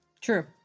True